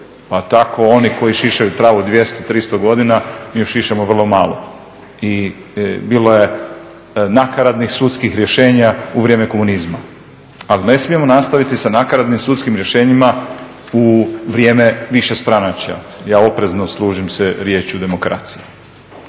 pa tako oni koji šišaju travu 200, 300 godina mi ju šišamo vrlo malo. i bilo je nakaradnih sudskih rješenja u vrijeme komunizma, ali ne smijemo nastaviti sa nakaradnim sudskim rješenjima u vrijeme višestranačja. Ja se oprezno služim riječju demokracija.